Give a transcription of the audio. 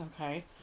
Okay